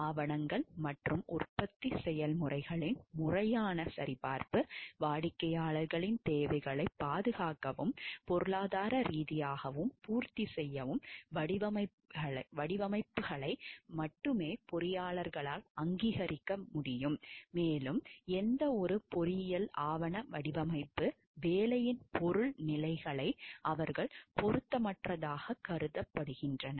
ஆவணங்கள் மற்றும் உற்பத்தி செயல்முறைகளின் முறையான சரிபார்ப்பு வாடிக்கையாளரின் தேவைகளைப் பாதுகாப்பாகவும் பொருளாதார ரீதியாகவும் பூர்த்தி செய்யும் வடிவமைப்புகளை மட்டுமே பொறியியலாளர்கள் அங்கீகரிக்க வேண்டும் மேலும் எந்தவொரு பொறியியல் ஆவண வடிவமைப்பு வேலையின் பொருள் நிலைகளை அவர்கள் பொருத்தமற்றதாகக் கருதுகின்றனர்